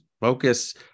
Focus